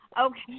Okay